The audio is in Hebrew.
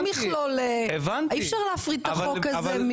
אי אפשר להפריד את החוק הזה,